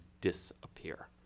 disappear